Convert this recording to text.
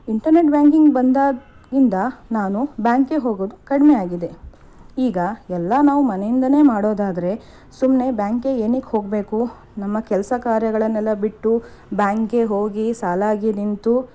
internet banking ಬಂದಾಗಿಂದ ನಾನು ಬ್ಯಾಂಕ್ಗೆ ಹೋಗೋದು ಕಡಿಮೆ ಆಗಿದೆ ಈಗ ಎಲ್ಲ ನಾವು ಮನೆಯಿಂದಲೇ ಮಾಡೋದಾದರೆ ಸುಮ್ಮನೆ ಬ್ಯಾಂಕ್ಗೆ ಏನಕ್ಕೆ ಹೋಗಬೇಕು ನಮ್ಮ ಕೆಲಸ ಕಾರ್ಯಗಳನ್ನೆಲ್ಲ ಬಿಟ್ಟು ಬ್ಯಾಂಕ್ಗೆ ಹೋಗಿ ಸಾಲಾಗಿ ನಿಂತು